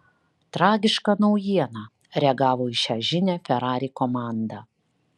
tragiška naujiena reagavo į šią žinią ferrari komanda